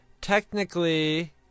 technically